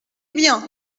bien